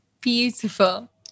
Beautiful